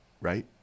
right